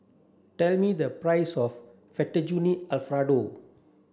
tell me the price of Fettuccine Alfredo